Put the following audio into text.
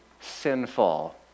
sinful